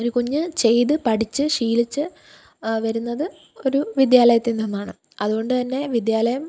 ഒരു കുഞ്ഞ് ചെയ്ത് പഠിച്ച് ശീലിച്ച് വരുന്നത് ഒരു വിദ്യാലയത്തിൽ നിന്നാണ് അതുകൊണ്ടുതന്നെ വിദ്യാലയം